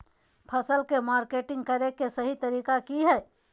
फसल के मार्केटिंग करें कि सही तरीका की हय?